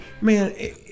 man